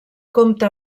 comte